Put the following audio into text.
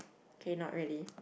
okay not really